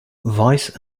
vice